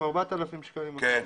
4,000-3,000 שקלים בחודש.